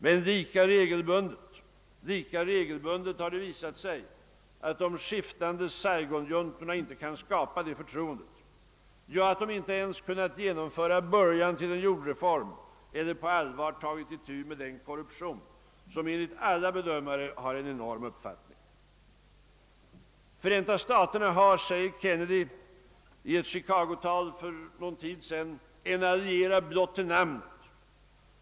Men lika regelbundet har det visat sig att de skiftande saigonjuntorna inte kan skapa det förtroendet — ja, att de inte ens har kunnat genomföra början till en jordreform eller på allvar har tagit itu med en korruption som enligt alla bedömare har enorm omfattning. Förenta staterna har, sade Kennedy i ett chicagotal för någon tid sedan, en allierad blott till namnet.